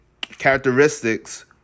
characteristics